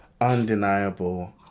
undeniable